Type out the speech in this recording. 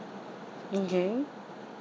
okay